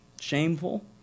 shameful